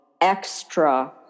extra